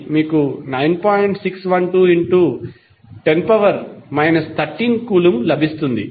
61210 13 coulomb లభిస్తుంది